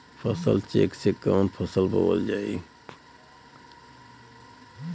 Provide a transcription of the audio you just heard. फसल चेकं से कवन फसल बोवल जाई?